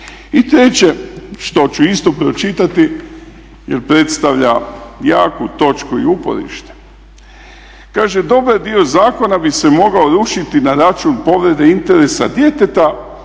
I treće što ću isto pročitati jer predstavlja jaku točku i uporište. Kaže, dobar dio zakona bi se mogao rušiti na račun povrede interesa djeteta